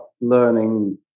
learning